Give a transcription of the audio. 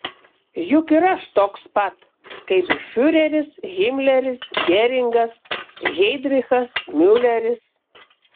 juk ir aš toks pat kaip fiureris himleris geringas heidrichas miuleris